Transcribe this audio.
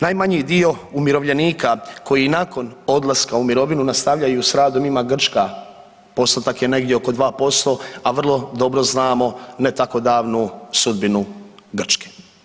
Najmanji dio umirovljenika koji nakon odlaska u mirovinu nastavljaju s radom ima Grčka, postotak je negdje oko 2%, a vrlo dobro znamo ne tako ne tako davnu sudbinu Grčke.